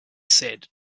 said